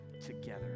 together